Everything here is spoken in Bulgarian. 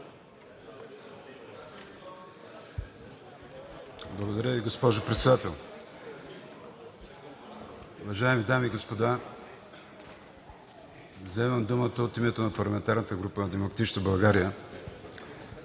Благодаря, Ви госпожо Председател. Уважаеми дами и господа, взимам думата от името на парламентарната група на „Демократична България“,